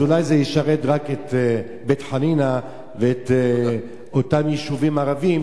אז אולי זה ישרת רק את בית-חנינא ואת אותם יישובים ערביים,